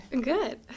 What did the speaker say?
good